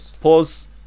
Pause